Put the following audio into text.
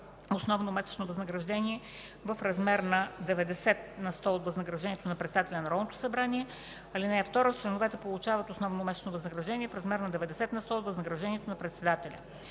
основно месечно възнаграждение в размер 90 на сто от възнаграждението на председателя на Народното събрание. (2) Членовете получават основно месечно възнаграждение в размер 90 на сто от възнаграждението на председателя.”